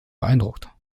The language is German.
beeindruckt